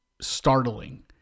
startling